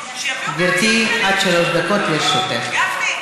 גברתי, עד שלוש דקות, לרשותך.